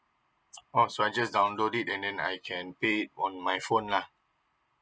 also I just download it and then I can beat on my phone lah